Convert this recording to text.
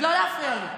אז לא להפריע לי.